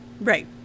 Right